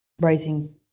raising